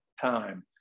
time